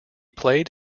played